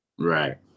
Right